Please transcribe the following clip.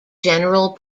general